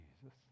Jesus